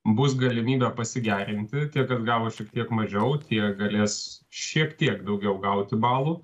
bus galimybė pasigerinti tie kas gavo šiek tiek mažiau tie galės šiek tiek daugiau gauti balų